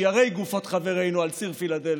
שיירי גופות חברינו, על ציר פילדלפי?